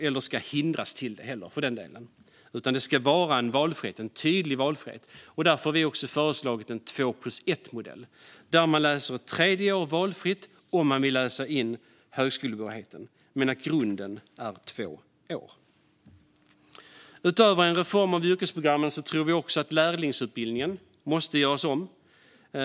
Ingen ska heller hindras från att göra det, för den delen. Det ska finnas en tydlig valfrihet. Därför har vi föreslagit en två-plus-ett-modell där det är valfritt att läsa ett tredje år om man vill läsa in högskolebehörigheten men där grunden är två år. Utöver en reform av yrkesprogrammen tror vi att lärlingsutbildningen måste göras om.